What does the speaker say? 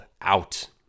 out